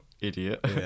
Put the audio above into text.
idiot